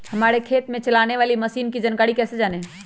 हमारे खेत में चलाने वाली मशीन की जानकारी कैसे जाने?